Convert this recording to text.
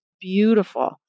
beautiful